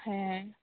ᱦᱮᱸ